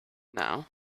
now